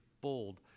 bold